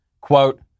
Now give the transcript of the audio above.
Quote